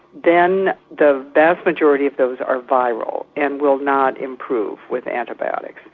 then the vast majority of those are viral and will not improve with antibiotics.